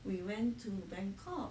we went to bangkok